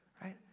right